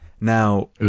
now